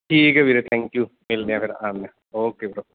ਠੀਕ ਹੈ ਵੀਰੇ ਥੈਂਕ ਯੂ ਮਿਲਦੇ ਹਾਂ ਫਿਰ ਆਉਂਦਾ ਓਕੇ ਬਰੋ